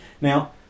Now